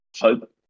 hope